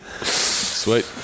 Sweet